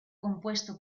compuesto